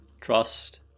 trust